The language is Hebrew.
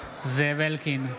אלקין,